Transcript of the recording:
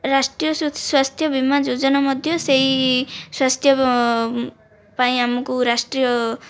ରାଷ୍ଟ୍ରୀୟ ସ୍ୱାସ୍ଥ୍ୟବୀମା ଯୋଜନା ମଧ୍ୟ ସେହି ସ୍ୱାସ୍ଥ୍ୟ ପାଇଁ ଆମକୁ ରାଷ୍ଟ୍ରୀୟ